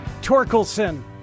Torkelson